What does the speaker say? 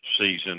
season